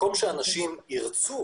במקום שאנשים ירצו